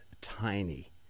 tiny